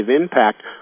impact